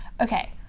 Okay